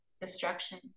destruction